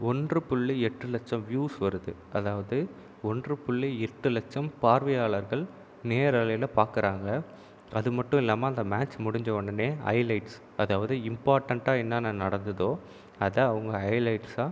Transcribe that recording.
ஒன்று புள்ளி எட்டு லட்சம் வியூஸ் வருது அதாவது ஒன்று புள்ளி எட்டு லட்சம் பார்வையாளர்கள் நேரலையில் பார்க்குறாங்க அதுமட்டும் இல்லாமல் அந்த மேட்ச் முடிஞ்சவுடனே ஹைலைட்ஸ் அதாவது இம்பார்டென்ட்டாக என்னன்ன நடந்ததோ அதை அவங்க ஹைலைட்ஸாக